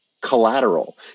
collateral